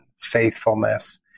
faithfulness